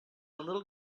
little